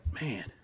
man